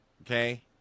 Okay